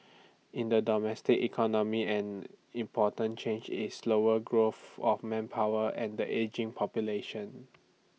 in the domestic economy an important change is slower growth of manpower and the ageing population